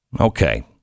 Okay